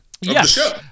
yes